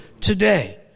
today